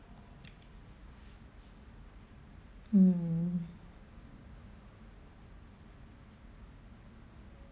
mm